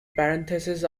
parentheses